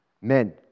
men